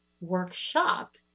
workshop